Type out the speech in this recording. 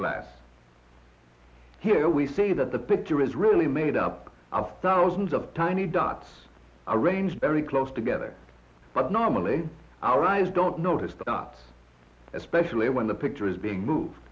glass here we see that the picture is really made up of thousands of tiny dots arranged very close together but normally our eyes don't notice but especially when the picture is being move